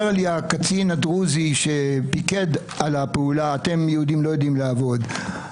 אומר לי הקצין הדרוזי שפיקד על הפעולה: אתם היהודים לא יודעים לעבוד.